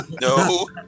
no